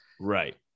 right